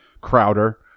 Crowder